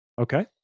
Okay